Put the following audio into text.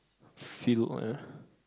feel on a